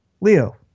Leo